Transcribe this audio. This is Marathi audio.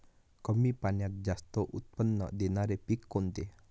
कमी पाण्यात जास्त उत्त्पन्न देणारे पीक कोणते?